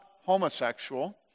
homosexual